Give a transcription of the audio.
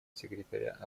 секретаря